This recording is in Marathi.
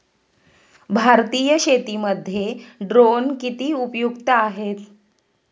भारतीय शेतीमध्ये ड्रोन किती उपयुक्त आहेत?